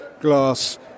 glass